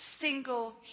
single